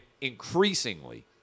increasingly